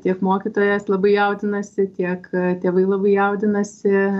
tiek mokytojas labai jaudinasi tiek tėvai labai jaudinasi